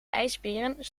ijsberen